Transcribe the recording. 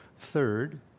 Third